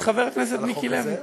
את חבר הכנסת מיקי לוי,